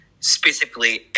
Specifically